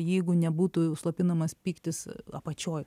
jeigu nebūtų slopinamas pyktis apačioj